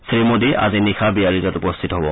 শ্ৰীমোদী আজি নিশা বিয়াৰিজত উপস্থিত হব